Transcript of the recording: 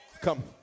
Come